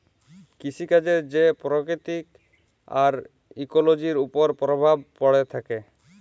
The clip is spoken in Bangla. কিসিকাজের যে পরকিতি আর ইকোলোজির উপর পরভাব প্যড়ে থ্যাকে